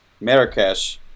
Marrakesh